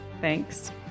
Thanks